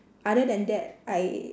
other than that I